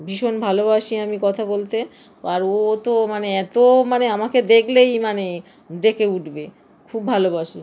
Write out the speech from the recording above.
ভীষণ ভালোবাসি আমি কথা বলতে আর ও তো মানে এত মানে আমাকে দেকলেই মানে ডেকে উটবে খুব ভালোবাসি